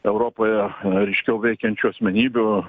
europoje ryškiau veikiančių asmenybių